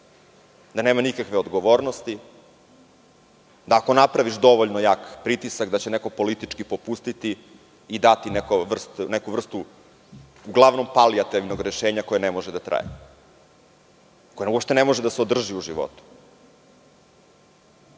da nema nikakve odgovornosti, da ako napraviš dovoljno jak pritisak da će neko politički popustiti i dati neku vrstu uglavnom palijativnog rešenja koje ne može da traje, koje uopšte ne može da se održi u životu. Svaki